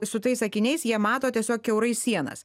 su tais akiniais jie mato tiesiog kiaurai sienas